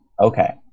okay